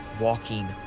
walking